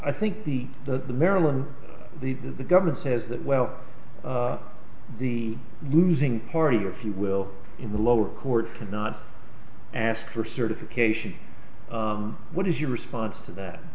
i think the that the maryland the the government says that well the losing party if you will in the lower court cannot ask for certification what is your response to that